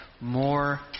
more